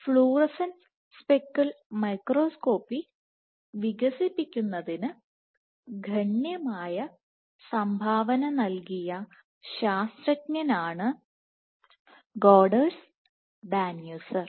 fluorescence speckle microscopy വികസിപ്പിക്കുന്നതിന് ഗണ്യമായ സംഭാവന നൽകിയ ഗണിതശാസ്ത്രജ്ഞനാണ് ഗോഡെർണ്സ് ഡാനൂസർ